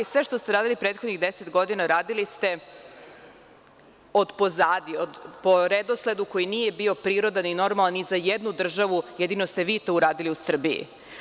Sve što ste uradili u prethodnih deset godina uradili ste od pozadi, po redosledu koji nije bio prirodan i normalna ni za jednu državu, jedino ste vi to uradili u Srbiji.